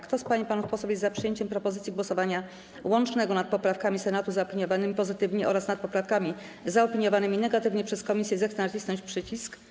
Kto z pań i panów posłów jest za przyjęciem propozycji głosowania łącznego nad poprawkami Senatu zaopiniowanymi pozytywnie oraz nad poprawkami zaopiniowanymi negatywnie przez komisję, zechce nacisnąć przycisk.